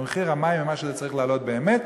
המים הרבה יותר ממה שזה צריך לעלות באמת,